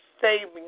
saving